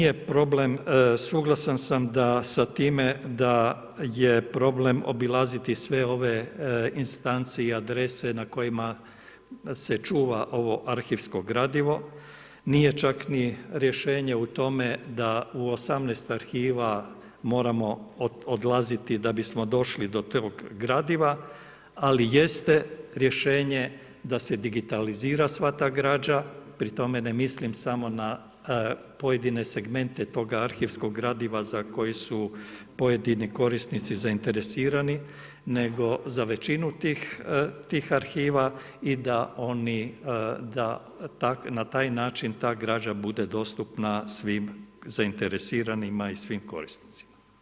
Suglasan sam da sa time da je problem obilaziti sve ove instance i adrese na kojima se čuva ovo arhivsko gradivo, nije čak ni rješenje u tome da u 18 arhiva moramo odlaziti da bismo došli do tog gradiva, ali jeste rješenje da se digitalizira sva ta građa, pri tome ne mislim samo na pojedine segmente toga arhivskog gradiva za koji su pojedini korisnici zainteresirani, nego za većinu tih arhiva i da na taj način ta građa bude dostupna svim zainteresiranima i svim korisnicima.